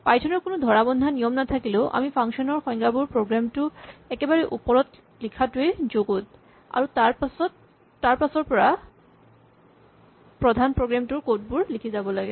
Python ৰ কোনো ধৰাবন্ধা নিয়ম নাথাকিলেও আমি ফাংচন ৰ সংজ্ঞাবোৰ প্ৰগ্ৰেম টোৰ একেবাৰে ওপৰত লিখাটোৱেই যুগুত আৰু তাৰপাছৰ পৰা প্ৰধান প্ৰগ্ৰেম টোৰ কড বোৰ লিখি যাব লাগে